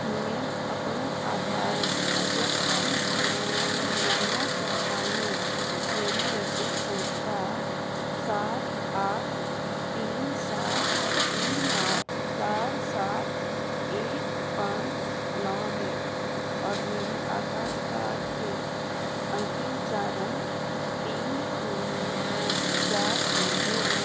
मैं अपने आधार अद्यतन की स्थिति जानना चाहता हूँ मेरी रसीद संख्या सात आठ तीन सात तीन आठ चार सात एक पाँच नौ है और मेरे आधार कार्ड के अंतिम चार अंक तीन शून्य चार छः है